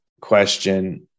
question